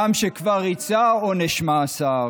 הוא אדם שכבר ריצה עונש מאסר,